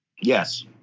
Yes